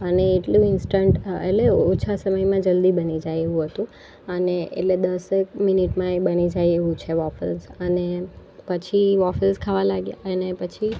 અને એટલું ઇન્સ્ટન્ટ એટલે ઓછા સમયમાં જલ્દી બની જાય એવું હતું અને એટલે દસક મિનિટમાં એ બની જાય એવું છે વોફેલ્સ અને પછી વોફેલ્સ ખાવા લાગ્યા અને પછી